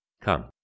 come